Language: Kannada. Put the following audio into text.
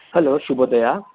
ಹಲೋ ಶುಭೋದಯ